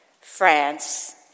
France